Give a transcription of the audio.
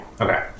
Okay